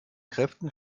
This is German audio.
kräften